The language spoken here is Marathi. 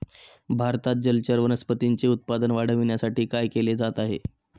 भारतात जलचर वनस्पतींचे उत्पादन वाढविण्यासाठी काय केले जात आहे?